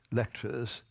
lectures